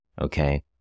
okay